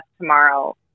tomorrow